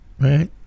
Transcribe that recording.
Right